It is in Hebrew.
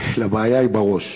אלא הבעיה היא בראש.